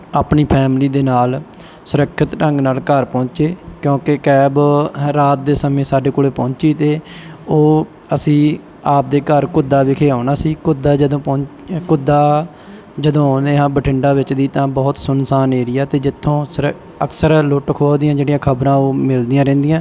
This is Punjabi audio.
ਆਪਣੀ ਫੈਮਿਲੀ ਦੇ ਨਾਲ ਸੁਰੱਖਿਅਤ ਢੰਗ ਨਾਲ ਘਰ ਪਹੁੰਚੇ ਕਿਉਂਕਿ ਕੈਬ ਰਾਤ ਦੇ ਸਮੇਂ ਸਾਡੇ ਕੋਲ ਪਹੁੰਚੀ ਅਤੇ ਉਹ ਅਸੀਂ ਆਪਦੇ ਘਰ ਘੁੱਦਾ ਵਿਖੇ ਆਉਣਾ ਸੀ ਘੁੱਦਾ ਜਦੋਂ ਪਹੁ ਘੁੱਦਾ ਜਦੋਂ ਆਉਂਦੇ ਹਾਂ ਬਠਿੰਡਾ ਵਿੱਚ ਦੀ ਤਾਂ ਬਹੁਤ ਸੁੰਨਸਾਨ ਏਰੀਆ ਅਤੇ ਜਿੱਥੋਂ ਸੁਰ ਅਕਸਰ ਲੁੱਟ ਖੋਹ ਦੀਆਂ ਜਿਹੜੀਆਂ ਖਬਰਾਂ ਉਹ ਮਿਲਦੀਆਂ ਰਹਿੰਦੀਆਂ